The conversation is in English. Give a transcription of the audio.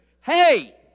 Hey